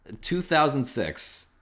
2006